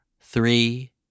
three